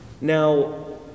Now